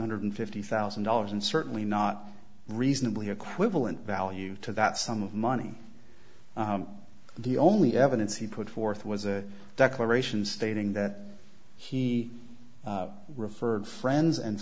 hundred fifty thousand dollars and certainly not reasonably equivalent alue to that sum of money the only evidence he put forth was a declaration stating that he referred friends and